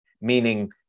meaning